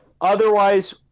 otherwise